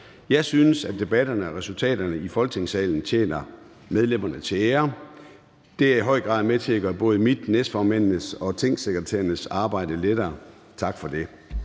Jeg synes, debatterne og resultaterne i Folketingssalen tjener medlemmerne til ære. Det er i høj grad med til at gøre både mit, næstformændenes og tingsekretærernes arbejde lettere. Tak for det.